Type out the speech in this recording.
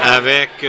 avec